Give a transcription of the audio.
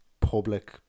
public